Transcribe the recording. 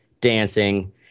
dancing